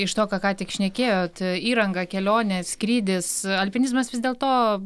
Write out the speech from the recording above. iš to ką ką tik šnekėjot įranga kelionė skrydis alpinizmas vis dėlto